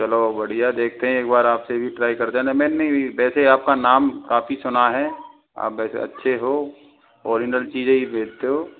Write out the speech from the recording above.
चलो बढ़िया देखते हैं एक बार आप फिर भी ट्राय करते देना मैंने वैसे आपका नाम काफ़ी सुना है आप वैसे अच्छे हो ओरिजनल चीज़ें ही भेजते हो